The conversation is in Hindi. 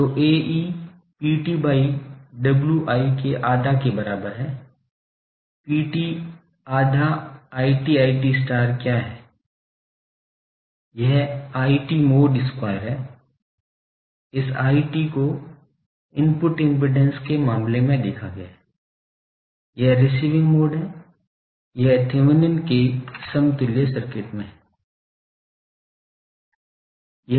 तो Ae PT by Wi के आधा के बराबर है PT आधा IT IT क्या है यह आईटी मॉड स्क्वायर है इस IT को इनपुट इम्पिडेन्स के मामले में देखा गया है वह रिसीविंग मोड है यह थेवेनिन Thevenin's के समतुल्य सर्किट में है